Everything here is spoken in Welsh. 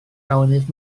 lawenydd